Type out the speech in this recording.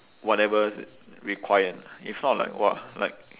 whatever require if not like !wah! like